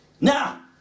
Now